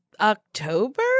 october